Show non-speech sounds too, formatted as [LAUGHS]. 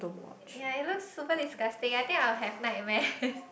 yea it looks super disgusting I think I will have nightmares [LAUGHS]